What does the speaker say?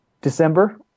December